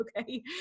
Okay